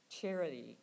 charity